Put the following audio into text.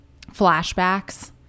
flashbacks